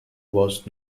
was